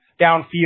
downfield